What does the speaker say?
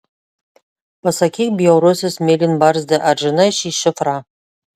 pasakyk bjaurusis mėlynbarzdi ar žinai šį šifrą